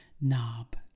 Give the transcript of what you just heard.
knob